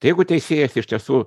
tai jeigu teisėjas iš tiesų